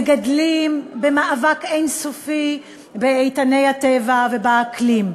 מגדלים במאבק אין-סופי באיתני הטבע ובאקלים.